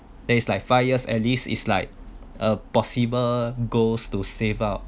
there is like five years at least is like a possible goals to save up